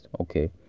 okay